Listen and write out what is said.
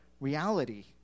reality